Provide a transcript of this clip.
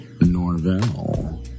Norvell